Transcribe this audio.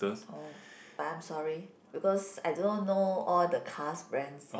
oh but I'm sorry because I do not know all the car's brands